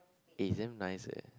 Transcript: eh it's damn nice eh